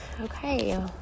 okay